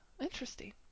interesting